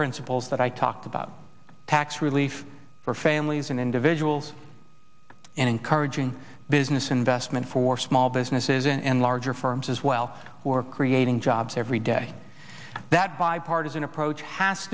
principles that i talked about tax relief for families and individuals and encouraging business investment for small businesses and larger firms as well or creating jobs every day that bipartisan approach has